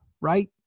right